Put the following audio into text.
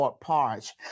parts